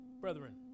brethren